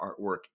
artwork